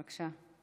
בבקשה.